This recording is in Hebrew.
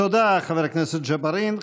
תודה, חבר הכנסת ג'בארין.